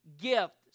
gift